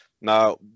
now